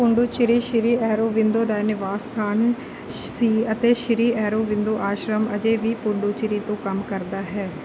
ਪੁਡੂਚੇਰੀ ਸ਼੍ਰੀ ਔਰੋਬਿੰਦੋ ਦਾ ਨਿਵਾਸ ਸਥਾਨ ਸੀ ਅਤੇ ਸ਼੍ਰੀ ਔਰੋਬਿੰਦੋ ਆਸ਼ਰਮ ਅਜੇ ਵੀ ਪੁਡੂਚੇਰੀ ਤੋਂ ਕੰਮ ਕਰਦਾ ਹੈ